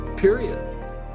period